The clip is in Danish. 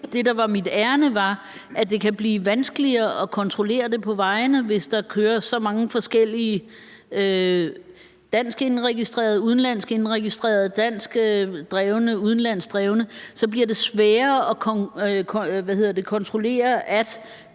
at nævne, at det kan blive vanskeligere at kontrollere det på vejene, hvis der kører så mange forskellige dansk indregistrerede, udenlandsk indregistrerede, dansk drevne og udenlandsk drevne køretøjer. Så bliver det sværere at kontrollere, om